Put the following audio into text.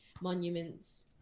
monuments